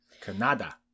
Canada